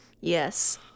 Yes